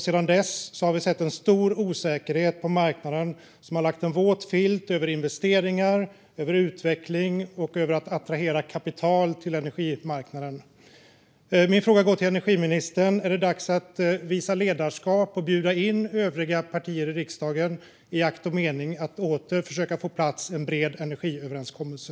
Sedan dess har vi sett en stor osäkerhet på marknaden, vilket har lagt en våt filt över investeringar, utveckling och möjligheten att attrahera kapital till energimarknaden. Min fråga går till energiministern. Är det dags att visa ledarskap och bjuda in övriga partier i riksdagen, i akt och mening att åter försöka få på plats en bred energiöverenskommelse?